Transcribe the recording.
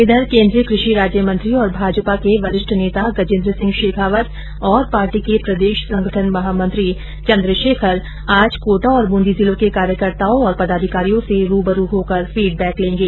इधर केन्द्रीय कृषि राज्य मंत्री तथा भारतीय जनता पार्टी के वरिष्ठ नेता गजेन्द्र सिंह शेखावत और पार्टी के प्रदेश संगठन महामंत्री चन्द्रशेखर आज कोटा और बूंदी जिलों के कार्यकर्ताओं और पदाधिकारियों से रूबरू होकर फीडबेक लेंगे